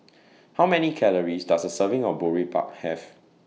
How Many Calories Does A Serving of Boribap Have